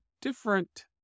different